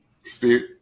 Spirit